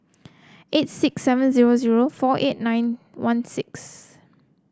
eight six seven zero zero four eight nine one six